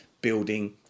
building